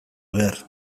behar